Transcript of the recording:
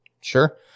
sure